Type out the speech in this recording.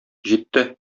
җитте